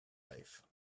life